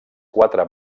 quatre